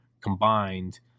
combined